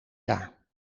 jaar